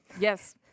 Yes